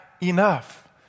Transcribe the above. enough